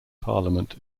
parliament